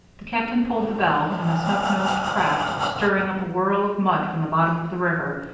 the captain pulled the bell, and the snub-nosed craft, stirring up a whirl of mud from the bottom of the river,